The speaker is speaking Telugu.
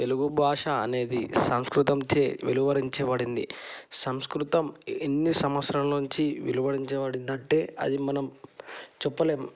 తెలుగు భాష అనేది సంస్కృతంచే వెలువరించ బడింది సంస్కృతం ఎన్ని సంవత్సరాల నుంచి వెలువరించబడిందంటే అది మనం చెప్పలేము